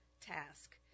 task